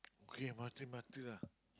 okay M_R_T M_R_T lah